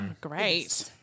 Great